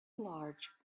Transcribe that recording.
large